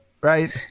right